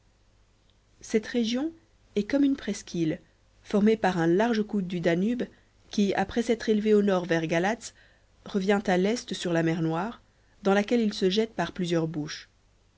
cette région est comme une presqu'île formée par un large coude du danube qui après s'être élevé au nord vers galatz revient à l'est sur la mer noire dans laquelle il se jette par plusieurs bouches